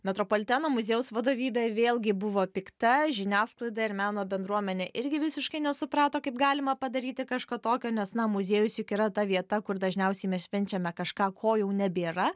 metropoliteno muziejaus vadovybė vėlgi buvo pikta žiniasklaida ir meno bendruomenė irgi visiškai nesuprato kaip galima padaryti kažką tokio nes na muziejus juk yra ta vieta kur dažniausiai mes švenčiame kažką ko jau nebėra